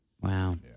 Wow